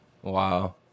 Wow